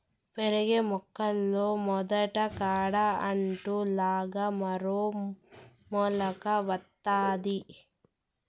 పెరిగే మొక్కల్లో మొదలు కాడ అంటు లాగా మరో మొలక వత్తాది